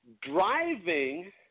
driving –